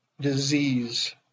disease